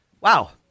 Wow